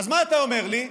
אז מה אתה אומר לי?